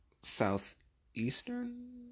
southeastern